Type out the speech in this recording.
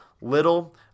little